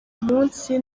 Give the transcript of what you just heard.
munsi